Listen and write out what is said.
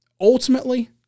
Ultimately